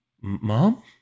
Mom